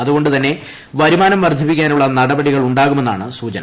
അതുകൊണ്ട് തന്നെ വരുമാനം വർദ്ധിപ്പിക്കാനുള്ള നടപടികളുണ്ടാകുമെന്നാണ് സൂചന